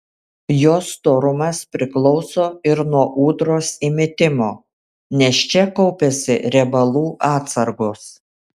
jos storumas priklauso ir nuo ūdros įmitimo nes čia kaupiasi riebalų atsargos